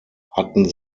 hatten